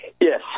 Yes